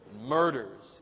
murders